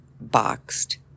boxed